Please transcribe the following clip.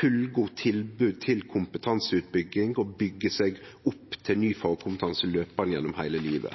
tilbod om kompetansebygging og å byggje seg opp til ny fagkompetanse gjennom heile livet.